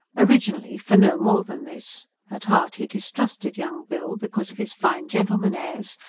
originally, for no more than this at heart he distrusted young bill, because of his fine-gentleman airs,